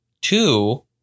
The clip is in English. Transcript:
two